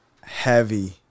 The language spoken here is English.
heavy